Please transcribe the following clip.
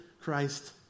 Christ